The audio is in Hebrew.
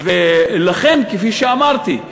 כפי שאמרתי,